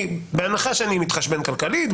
בהנחה שאני מתחשבן כלכלית,